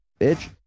bitch